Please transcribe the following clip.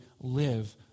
live